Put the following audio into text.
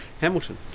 Hamilton